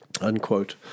unquote